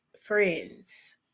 Friends